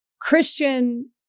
Christian